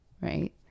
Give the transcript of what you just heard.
right